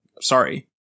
Sorry